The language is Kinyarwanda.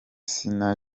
sina